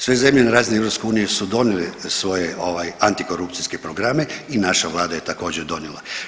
Sve zemlje na razini EU su donijeli svoje ovaj antikorupcijske programe i naša vlada je također donijela.